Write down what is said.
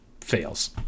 fails